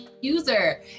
user